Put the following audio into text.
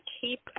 keep